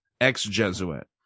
ex-Jesuit